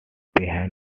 behind